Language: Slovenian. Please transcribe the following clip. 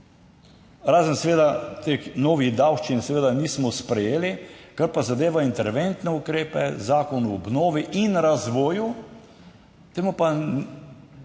razen seveda teh novih davščin seveda nismo sprejeli. Kar pa zadeva interventne ukrepe, Zakon o obnovi in razvoju, temu pa nismo